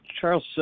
Charles